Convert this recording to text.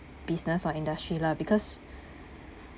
business or industry lah because